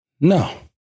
No